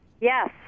Yes